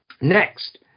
Next